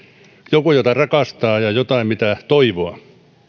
joku jota rakastaa ja jotain mitä toivoa